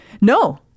No